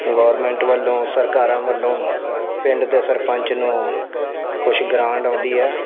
government ਵੱਲੋਂ ਸਰਕਾਰਾਂ ਵੱਲੋਂ ਪਿੰਡ ਦੇ ਸਰਪੰਚ ਨੂੰ ਕੁਛ ਗਰਾਂਡ ਆ